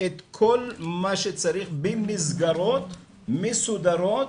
את כל מה שצריך במסגרות מסודרות